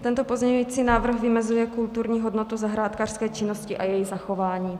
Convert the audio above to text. Tento pozměňující návrh vymezuje kulturní hodnotu zahrádkářské činnosti a její zachování.